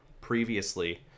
previously